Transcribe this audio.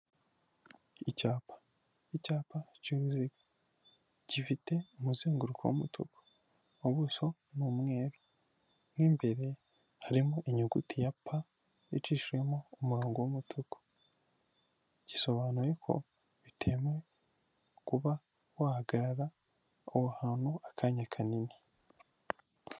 Icyapa, icyapa cy'uruziga, gifite umuzenguruko w'umutuku, ubuso ni umweru, mu imbere harimo inyuguti ya pa icishijemo umurongo w'umutuku, gisobanuye ko bitemewe kuba wahagarara aho hantu akanya kanini.